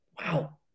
Wow